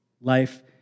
Life